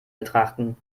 betrachten